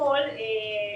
לפי